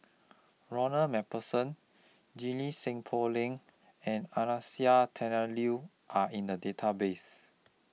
Ronald MacPherson Junie Sng Poh Leng and Anastasia Tjendri Liew Are in The Database